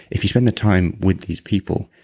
if you spend the time with these people,